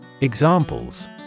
Examples